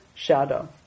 shadow